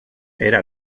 era